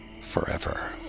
forever